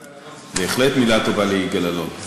בהחלט מילה טובה ליגאל אלון.